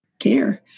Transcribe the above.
care